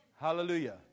Hallelujah